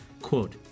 Quote